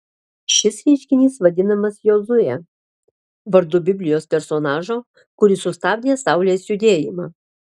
šis reiškinys vadinamas jozue vardu biblijos personažo kuris sustabdė saulės judėjimą